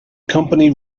company